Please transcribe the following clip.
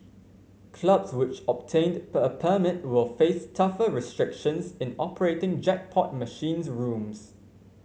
clubs which obtained per a permit will face tougher restrictions in operating jackpot machines rooms